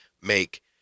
make